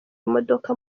imodoka